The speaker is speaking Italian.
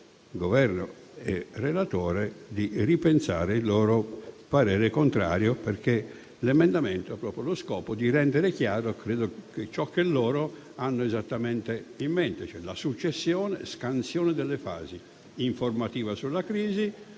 Governo e il relatore di ripensare il loro parere contrario, perché l'emendamento ha proprio lo scopo di rendere chiaro ciò che loro hanno esattamente in mente, cioè la successione, la scansione delle fasi: informativa sulla crisi,